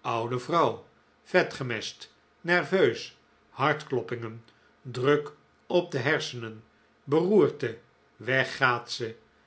oude vrouw vet gemest nerveus hartkloppingen druk op de hersenen beroerte weg gaat ze